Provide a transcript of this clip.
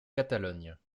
catalogne